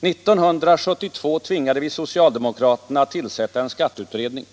1972 tvingade vi socialdemokraterna att tillsätta en skatteutredning.